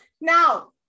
Now